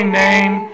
name